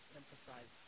emphasize